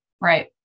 Right